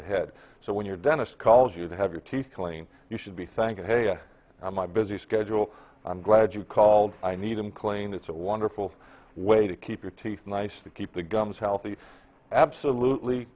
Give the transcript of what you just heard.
ahead so when your dentist calls you to have your teeth cleaned you should be thanking hey i'm my busy schedule i'm glad you called i need i'm clean it's a wonderful way to keep your teeth nice to keep the gums healthy absolutely